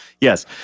yes